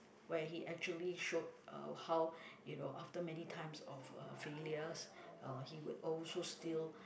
where he actually showed uh how you know after many times of uh failures uh he would also still